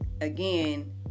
again